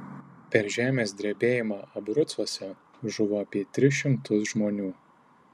per žemės drebėjimą abrucuose žuvo apie tris šimtus žmonių